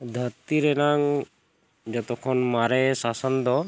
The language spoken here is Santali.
ᱫᱷᱟᱹᱨᱛᱤ ᱨᱮᱱᱟᱝ ᱡᱚᱛᱚ ᱠᱷᱚᱱ ᱢᱟᱨᱮ ᱥᱟᱥᱚᱱ ᱫᱚ